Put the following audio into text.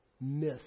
myth